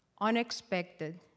unexpected